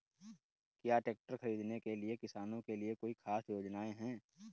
क्या ट्रैक्टर खरीदने के लिए किसानों के लिए कोई ख़ास योजनाएं हैं?